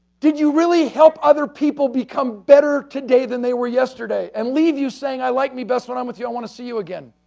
did you really help other people become better today than they were yesterday, and leave you saying, i like me best when i'm with you, i want to see you again.